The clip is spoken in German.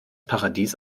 paradies